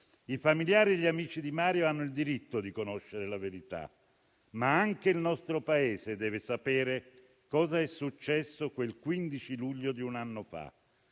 I familiari e gli amici di Mario hanno il diritto di conoscere la verità, ma anche il nostro Paese deve sapere cosa è successo quel 15 luglio di un anno fa.